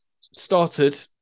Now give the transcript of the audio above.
started